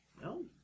No